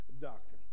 doctor